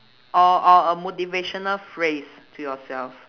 or or a motivational phrase to yourself